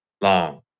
long